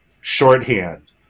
shorthand